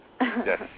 Yes